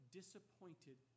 disappointed